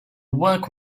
work